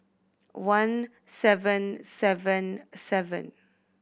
one seven seven seven